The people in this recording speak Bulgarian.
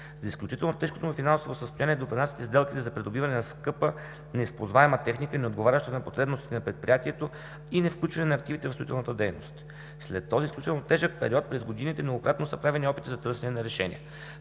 За изключително тежкото му финансово състояние допринасят и сделките за придобиване на скъпа, неизползваема техника и неотговаряща на потребностите на предприятието и невключване на активите в строителната дейност. След този изключително тежък период през годините многократно са правени опити за търсене на решение.